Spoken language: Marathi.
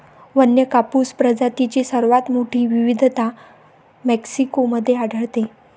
वन्य कापूस प्रजातींची सर्वात मोठी विविधता मेक्सिको मध्ये आढळते